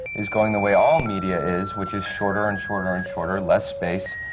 is going the way all media is, which is shorter and shorter and shorter, less space,